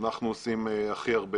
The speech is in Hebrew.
אנחנו עושים הכי הרבה.